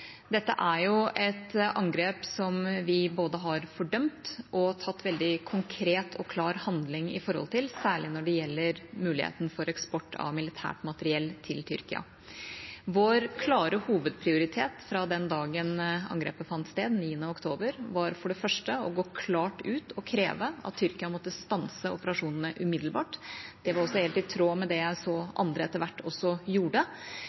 Dette er et angrep vi både har fordømt og møtt med veldig konkret og klar handling, særlig når det gjelder muligheten for eksport av militært materiell til Tyrkia. Vår klare hovedprioritet fra den dagen angrepet fant sted, 9. oktober, var for det første å gå klart ut og kreve at Tyrkia måtte stanse operasjonene umiddelbart. Det var også helt i tråd med det jeg så at andre etter hvert gjorde.